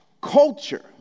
culture